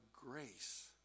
grace